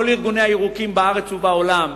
כל ארגוני הירוקים בארץ ובעולם,